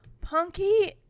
Punky